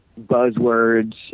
buzzwords